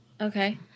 Okay